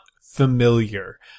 familiar